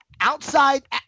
outside